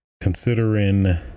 considering